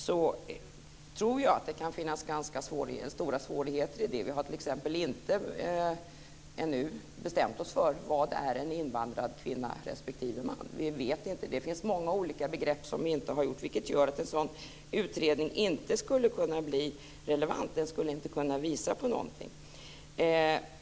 Där tror jag att det kan finnas ganska stora svårigheter. Vi har t.ex. ännu inte bestämt oss för vad en invandrad kvinna respektive man är. Vi vet inte. Det finns många olika begrepp. Det gör att en sådan utredning inte skulle kunna bli relevant. Den skulle inte kunna visa på någonting.